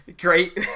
great